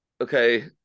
Okay